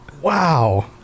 Wow